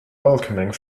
welcoming